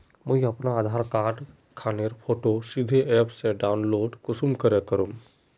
मुई अपना आधार कार्ड खानेर फोटो सीधे ऐप से डाउनलोड कुंसम करे करूम?